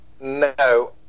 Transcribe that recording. No